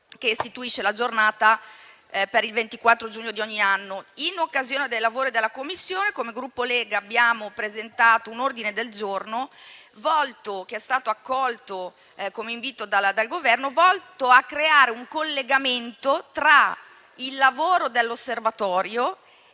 periferie urbane il 24 giugno di ogni anno? In occasione dei lavori della Commissione, come Gruppo Lega abbiamo presentato un ordine del giorno, che è stato accolto come raccomandazione dal Governo, volto a creare un collegamento tra il lavoro dell'Osservatorio